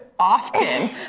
often